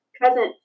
present